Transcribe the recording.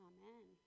Amen